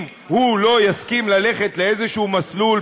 אם הוא לא יסכים ללכת לאיזה מסלול,